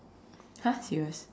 !huh! serious